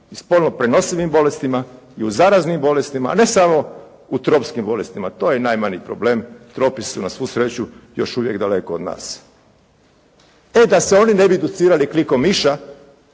spolno prenosivim bolestima i u zaraznim bolestima a ne samo u tropskim bolestima. To je najmanji problem. Tropi su na svu sreću još uvijek daleko od nas. E da se oni ne bi educirali klikom miša